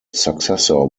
successor